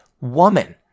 woman